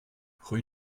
rue